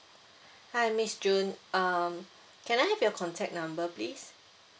hi miss june um can I have your contact number please